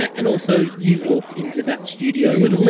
and also you walked into that studio, listen.